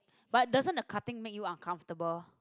but doesn't the cutting make you uncomfortable